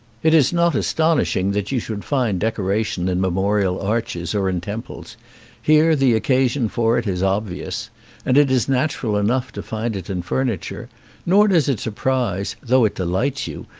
it is not aston ishing that you should find decoration in memorial arches or in temples here the occasion for it is obvious and it is natural enough to find it in furniture nor does it surprise, though it de lights you,